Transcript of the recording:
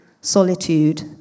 solitude